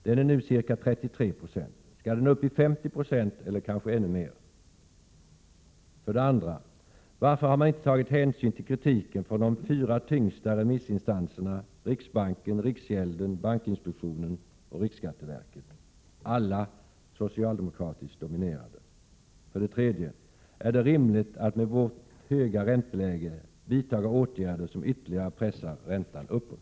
Den är nu ca 33 90. Skall den uppi 50 96, eller kanske ännu mer? 2. Varför har man inte tagit hänsyn till kritiken från de fyra tyngsta remissinstanserna: riksbanken, riksgälden, bankinspektionen och riksskatteverket, alla socialdemokratiskt dominerade? 3. Är det rimligt att med vårt höga ränteläge vidtaga åtgärder som ytterligare pressar räntan uppåt?